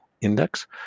index